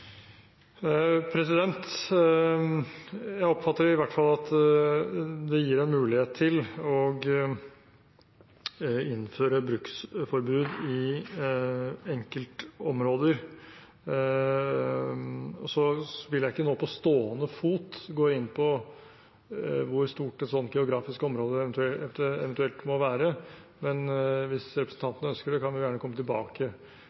innføre bruksforbud i enkeltområder, men jeg vil ikke nå på stående fot gå inn på hvor stort et sånt geografisk område eventuelt må være. Men hvis representanten ønsker det, kan jeg gjerne komme tilbake